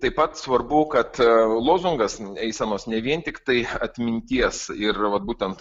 taip pat svarbu kad lozungas eisenos ne vien tiktai atminties ir vat būtent